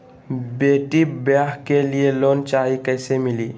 बेटी ब्याह के लिए लोन चाही, कैसे मिली?